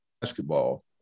basketball